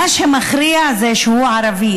מה שמכריע זה שהוא ערבי,